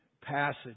passage